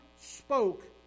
spoke